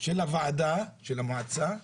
של המועצה